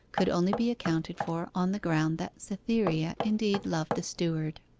could only be accounted for on the ground that cytherea indeed loved the steward.